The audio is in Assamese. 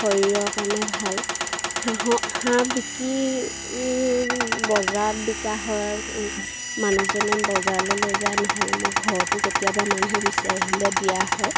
শৰীৰৰ কাৰণে ভাল হাঁহৰ হাঁহ বিকি বজাৰত বিকা হয় মানুহজনে বজাৰলৈ লৈ যায় নহ'লে মই ঘৰতো কেতিয়াবা মানুহে বিচাৰিলে দিয়া হয়